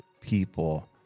people